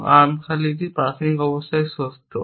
এবং আর্ম খালি প্রাথমিক অবস্থায় সত্য